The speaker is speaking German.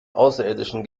außerirdischen